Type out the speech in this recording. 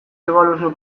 ebaluazio